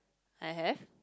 I have